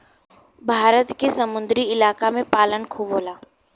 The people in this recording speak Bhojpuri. भारत के समुंदरी इलाका में पालन खूब होला